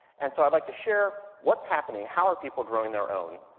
and so, i'd like to share what's happening, how are people growing their own?